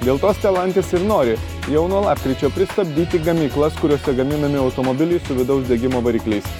dėl to stelantis ir nori jau nuo lapkričio pristabdyti gamyklas kuriose gaminami automobiliai su vidaus degimo varikliais